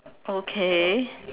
okay